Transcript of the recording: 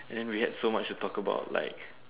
and then we had so much to talk about like